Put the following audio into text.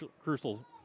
crucial